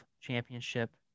championship